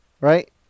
right